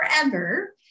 forever